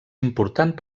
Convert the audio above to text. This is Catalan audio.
important